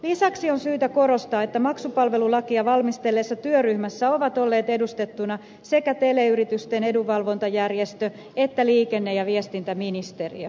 lisäksi on syytä korostaa että maksupalvelulakia valmistelleessa työryhmässä ovat olleet edustettuina sekä teleyritysten edunvalvontajärjestö että liikenne ja viestintäministeriö